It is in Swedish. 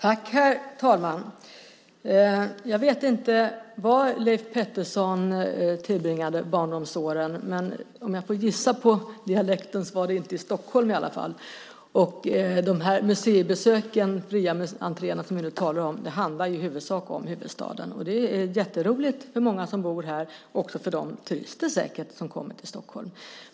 Herr talman! Jag vet inte var Leif Pettersson tillbringade barndomsåren, men om jag får gissa på dialekten var det inte i Stockholm. De museibesök baserade på fri entré som vi talar om handlar i huvudsak om huvudstaden. Det är jätteroligt för dem som bor här och också för de turister som kommer till Stockholm.